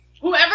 Whoever